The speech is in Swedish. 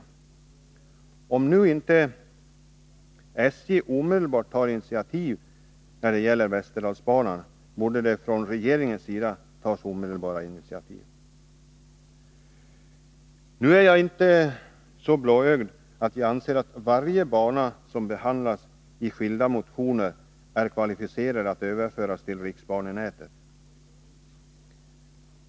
Om nu inte SJ omedelbart tar initiativ när det gäller västerdalsbanan, så borde det från regeringens sida tas omedelbara initiativ. Jag är inte så blåögd att jag anser att varje bana som behandlas i skilda motioner är kvalificerad att överföras till riksbanenätet.